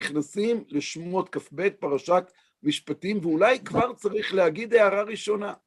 נכנסים לשמות כב' פרשת משפטים, ואולי כבר צריך להגיד הערה ראשונה.